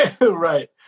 Right